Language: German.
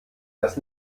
das